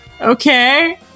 Okay